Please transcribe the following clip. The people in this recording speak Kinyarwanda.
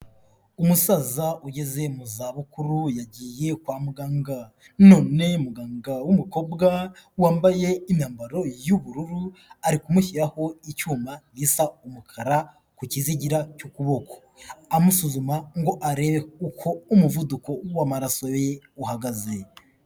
Umusaza ugeze mu zabukuru yagiye kwa muganga. None muganga w'umukobwa wambaye imyambaro y'ubururu ari kumushyiraho icyuma gisa umukara ku kizigira cy'ukuboko, amusuzuma ngo arebe uko umuvuduko w'amaraso ye uhagaze.